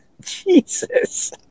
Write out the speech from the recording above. Jesus